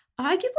Arguably